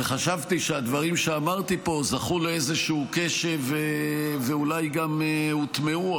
וחשבתי שהדברים שאמרתי פה זכו לאיזשהו קשב ואולי גם הוטמעו,